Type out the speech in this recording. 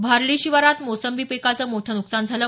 भारडी शिवारात मोसंबी पिकाचं मोठं नुकसान झालं